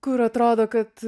kur atrodo kad